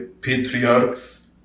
patriarchs